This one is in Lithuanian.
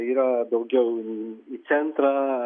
yra daugiau į centrą